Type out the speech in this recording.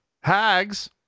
Hags